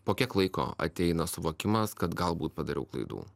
po kiek laiko ateina suvokimas kad galbūt padariau klaidų